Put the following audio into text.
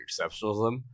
exceptionalism